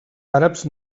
àrabs